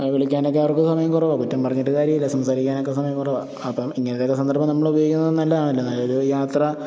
ആ വിളിക്കാനൊക്കെ ആർക്കും സമയം കുറവാണ് കുറ്റം പറഞ്ഞിട്ട് കാര്യവുമില്ല സംസാരിക്കാനൊക്കെ സമയം കുറവാണ് അപ്പോള് ഇങ്ങനത്തെയൊക്കെ സന്ദർഭം നമ്മളുപയോഗിക്കുന്നത് ന നല്ലതാണല്ലോ യാത്ര